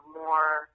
more